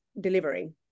delivering